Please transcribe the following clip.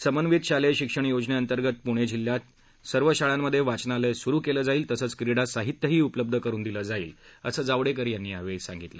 समन्वीत शालेय शिक्षण योजनेअंतर्गत पुणे जिल्ह्यात सर्व शाळांमधे वाचनालय सुरु केलं जाईल तसंच क्रीडा साहित्यही उपलब्ध करणार असल्याचं जावडेकर यांनी सांगितलं